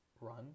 run